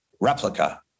replica